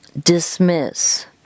dismiss